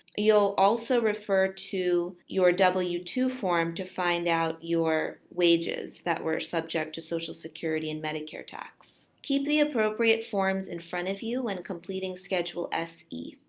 you'll also refer to your w two form to find out your wages that were subject to social security and medicare tax. keep the appropriate forms in front of you when completing schedule se.